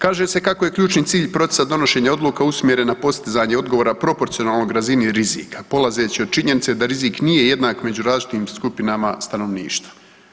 Kaže se kako je ključni cilj poticati donošenje odluke usmjerene na postizanje odgovora proporcionalnog razini rizika, polazeći od činjenica da rizik nije jednak među različitim skupinama stanovništva.